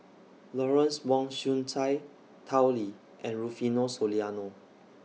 Lawrence Wong Shyun Tsai Tao Li and Rufino Soliano